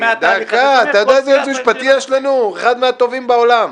אתה יודע איזה יועץ משפטי יש לנו - אחד מהטובים בעולם.